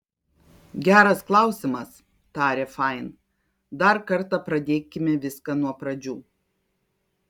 geras klausimas tarė fain dar kartą pradėkime viską nuo pradžių